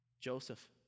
Joseph